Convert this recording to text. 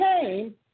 came